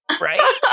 Right